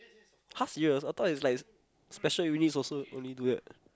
!huh! serious I thought is like special units also only do that